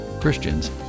Christians